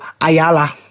Ayala